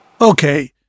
Okay